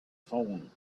phone